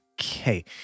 Okay